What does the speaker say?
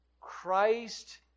Christ